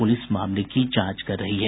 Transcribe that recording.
police मामले की जांच कर रही है